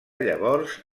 llavors